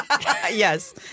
Yes